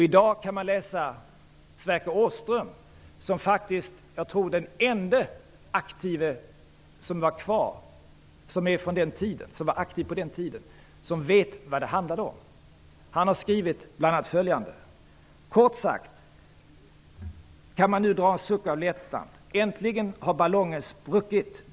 Jag tror att Sverker Åström är den enda som var aktiv på den tiden som fortfarande finns kvar. Han vet vad det handlade om. Han har bl.a. skrivit följande: Kort sagt kan man nu dra en suck av lättnad. Äntligen har ballongen spruckit.